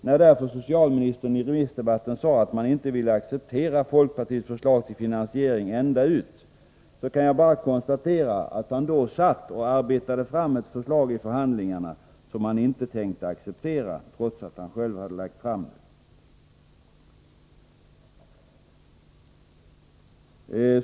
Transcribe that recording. När därför socialministern i dagens debatt sade att man inte ville acceptera folkpartiets förslag till finansiering ända ut, kan jag bara konstatera att han då satt och arbetade fram ett förslag i förhandlingarna som han inte tänkte acceptera, trots att han själv lagt fram det.